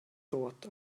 thought